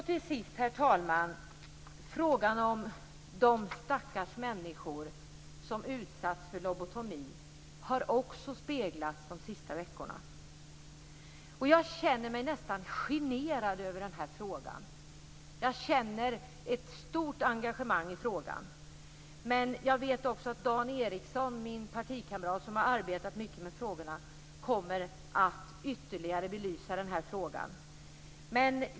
Herr talman! Frågan om de stackars människor som utsatts för lobotomi har också speglats de senaste veckorna. Jag känner mig nästan generad över denna fråga. Jag känner ett stort engagemang i frågan. Men jag vet också att Dan Ericsson, min partikamrat som har arbetat mycket med frågorna, kommer att ytterligare belysa frågan.